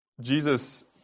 Jesus